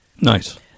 nice